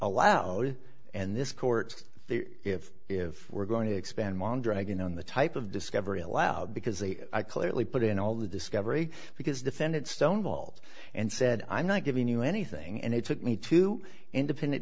allowed and this court if if we're going to expand beyond dragging on the type of discovery allowed because they clearly put in all the discovery because defendant stonewalled and said i'm not giving you anything and it took me two independent